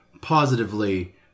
positively